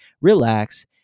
relax